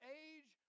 age